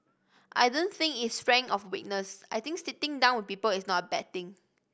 I don't think it's strength or weakness I think sitting down with people is not a bad thing